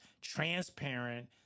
transparent